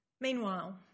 Meanwhile